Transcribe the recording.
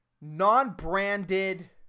non-branded